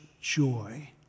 joy